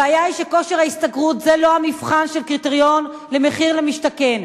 הבעיה היא שכושר ההשתכרות זה לא המבחן של קריטריון למחיר למשתכן,